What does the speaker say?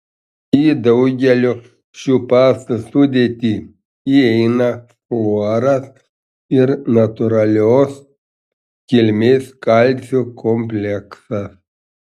į daugelio šių pastų sudėtį įeina fluoras ir natūralios kilmės kalcio kompleksas